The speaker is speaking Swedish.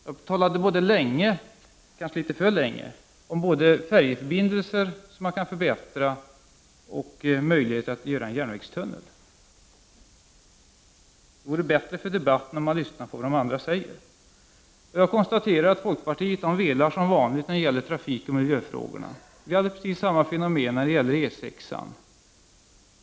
Jag talade länge, kanske litet för länge, om både färjeförbindelser som kan förbättras och möjligheten att bygga en järnvägstunnel. Det vore bättre för debatten om man lyssnade till vad de andra säger. Jag konstaterar att folkpartiet som vanligt velar när det gäller trafikoch miljöfrågorna. Det var precis samma fenomen när det gällde E 6.